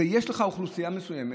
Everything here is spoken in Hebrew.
יש לך אוכלוסייה מסוימת,